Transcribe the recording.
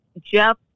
Jeff